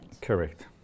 Correct